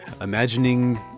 Imagining